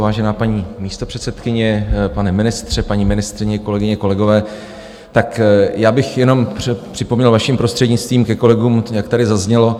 Vážená paní místopředsedkyně, pane ministře, paní ministryně, kolegyně kolegové, tak já bych jenom připomněl, vaším prostřednictvím, kolegům, jak tady zaznělo.